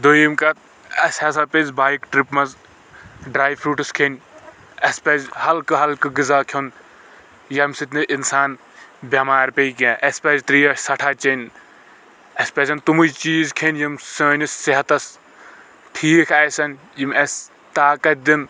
دوٚیِم کتھ اسہِ ہسا پزِ بایِک ٹرپ منٛز ڈراے فروٗٹٕس کھیٚنۍ اسہِ پزِ ہلکہٕ ہلکہٕ غزا کھیوٚن ییٚمہِ سۭتۍ نہٕ انسان بٮ۪مار پیٚیہِ کینٛہہ اسہِ پزِ تریش سٮ۪ٹھاہ چینۍ اسہِ پزَن تمٕے چیٖز کھینۍ یِم سٲنِس صحتس ٹھیٖک آسَن یِم اسہِ طاقت دِن